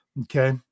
Okay